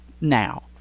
now